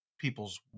People's